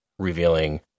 revealing